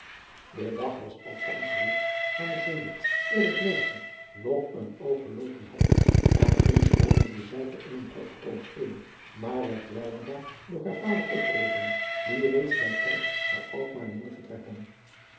de dag was althans reeds aan den hemel eer het meisje nog een oog geloken had en toen sluimerde zij voor eene korte poos in maar werd weldra door haar vader opgeroepen die reeds bij tijds naar alkmaar wilde vertrekken